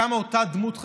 כמה אותה דמות חסרה,